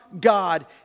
God